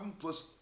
plus